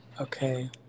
Okay